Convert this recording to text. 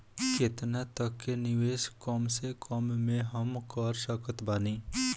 केतना तक के निवेश कम से कम मे हम कर सकत बानी?